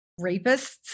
rapists